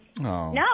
no